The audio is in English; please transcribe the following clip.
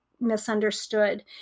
misunderstood